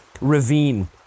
ravine